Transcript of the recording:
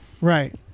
right